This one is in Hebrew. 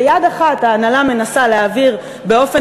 ביד אחת ההנהלה מנסה להעביר באופן